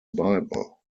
bible